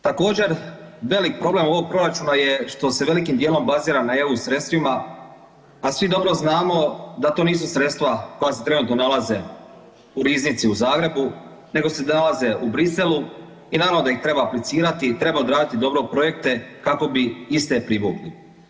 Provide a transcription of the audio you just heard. Također, velik problem ovog proračuna je što se velikim dijelom bazira na EU sredstvima, a svi dobro znamo da to nisu sredstva koja se trenutno nalaze u riznici u Zagrebu nego se nalaze u Bruxellesu i naravno da ih treba aplicirati, treba odraditi dobro projekte kako bi iste privukli.